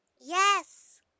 Yes